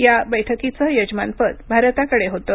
या बैठकीचं यजमानपद भारताकडे होतं